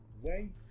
Wait